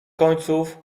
końców